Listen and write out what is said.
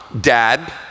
Dad